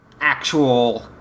actual